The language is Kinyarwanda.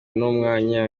n’umwana